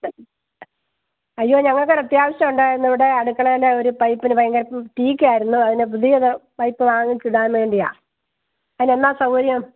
അയ്യോ ഞങ്ങൾക്ക് ഒരു അത്യാവശ്യം ഉണ്ടായിരുന്നു ഇവിടെ അടുക്കളയിലെ ഒരു പൈപ്പിന് ഭയങ്കര ലീക്ക് ആയിരുന്നു അതിന് പുതിയൊരു പൈപ്പ് വാങ്ങിച്ചിടാൻ വേണ്ടിയാ അതിന് എന്നാ സൗകര്യം